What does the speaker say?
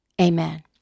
Amen